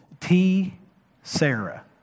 T-sarah